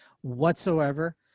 whatsoever